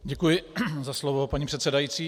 Děkuji za slovo, paní předsedající.